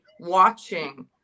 watching